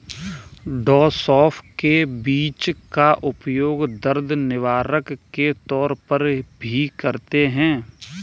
डॉ सौफ के बीज का उपयोग दर्द निवारक के तौर पर भी करते हैं